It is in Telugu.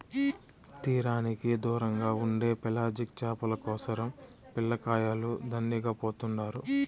తీరానికి దూరంగా ఉండే పెలాజిక్ చేపల కోసరం పిల్లకాయలు దండిగా పోతుండారు